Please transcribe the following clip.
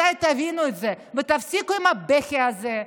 מתי תבינו את זה ותפסיקו עם הבכי הזה,